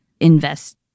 invest